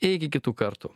iki kitų kartų